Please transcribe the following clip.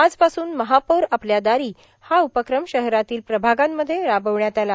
आजपासून महापौर आपल्या दारी हा उपक्रम शहरातील प्रभागांमध्ये राबविण्यात आला